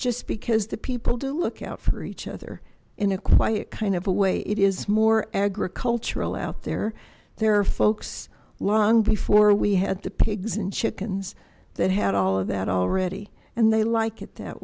just because the people do look out for each other in a quiet kind of a way it is more agricultural out there there are folks long before we had the pigs and chickens that had all of that already and they like it that